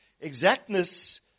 Exactness